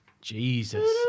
Jesus